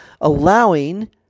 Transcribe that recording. Allowing